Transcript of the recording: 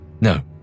No